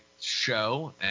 show